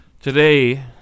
Today